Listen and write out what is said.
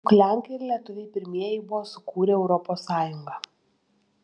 juk lenkai ir lietuviai pirmieji buvo sukūrę europos sąjungą